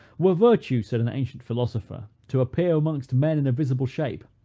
were virtue, said an ancient philosopher, to appear amongst men in a visible shape,